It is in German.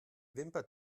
wimper